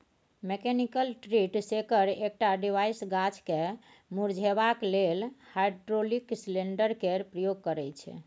mechanical tree shaker एकटा device गाछ केँ मुरझेबाक लेल हाइड्रोलिक सिलेंडर केर प्रयोग करय छै